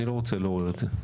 אני לא רוצה לעורר את זה.